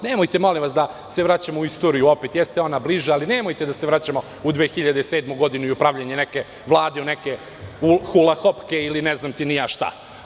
Nemojte, molim vas, da se vraćamo u istoriju opet, jeste ona bliža, ali nemojte da se vraćamo u 2007. godinu i u pravljenje nekakve vlade u hulahopke ili ne znam ti ni ja šta.